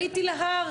עליתי להר,